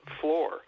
floor